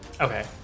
Okay